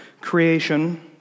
Creation